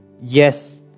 yes